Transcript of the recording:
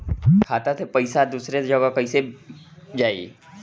खाता से पैसा दूसर जगह कईसे जाई?